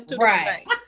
Right